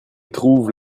trouve